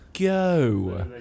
go